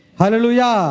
Hallelujah